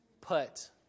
put